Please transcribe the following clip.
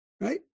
right